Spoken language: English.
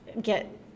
get